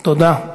תודה.